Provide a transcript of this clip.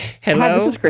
Hello